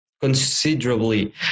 considerably